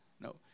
No